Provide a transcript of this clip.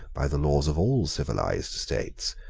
by the laws of all civilised states,